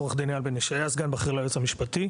עו"ד אייל בן ישעיה, סגן בכיר ליועץ המשפטי.